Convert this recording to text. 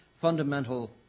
fundamental